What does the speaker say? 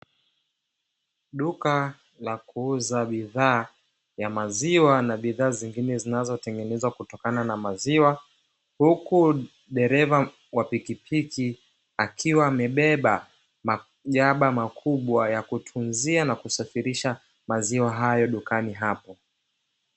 Duka la kuuza bidhaa ya maziwa na bidhaa zingine zinazotengenezwa kutokana na maziwa, huku dereva wa pikipiki akiwa amebeba majaba makubwa ya kutunzia na kusafirisha maziwa hayo dukani hapo.